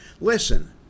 Listen